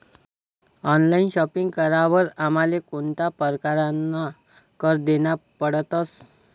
Online shopping करावर आमले कोणता परकारना कर देना पडतस?